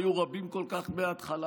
שלא היו רבים כל כך מההתחלה,